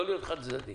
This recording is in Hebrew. לא להיות חד-צדדי.